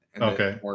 Okay